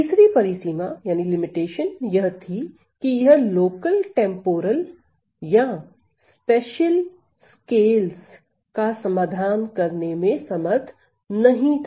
तीसरी परिसीमा यह थी की यह लोकल टेम्पोरल या स्पटिअल स्केल्स का समाधान करने में समर्थ नहीं था